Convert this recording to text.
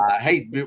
hey